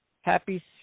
Happy